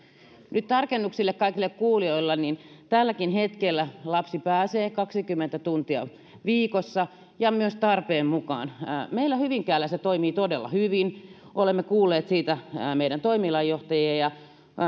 nyt tarkennus kaikille kuulijoille että tälläkin hetkellä lapsi pääsee kaksikymmentä tuntia viikossa ja myös tarpeen mukaan päivähoitoon meillä hyvinkäällä se toimii todella hyvin olemme kuulleet siitä meidän toimialajohtajia ja